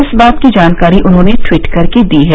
इस बात की जानकारी उन्होंने ट्वीट करके दी है